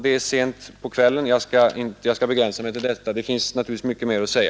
Det är sent på kvällen, så jag skall begränsa mig till detta. Det finns naturligtvis mycket mer att säga.